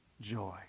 joy